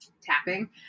Tapping